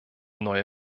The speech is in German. neue